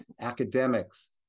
academics